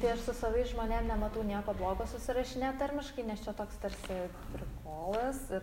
tai aš su savais žmonėm nematau nieko blogo susirašinėt tarmiškai nes čia toks tarsi prikolas ir